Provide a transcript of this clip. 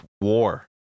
war